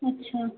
अच्छा